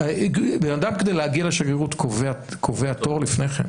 בן אדם, כדי להגיע לשגרירות קובע תור לפני כן?